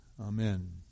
Amen